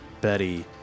Betty